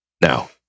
Now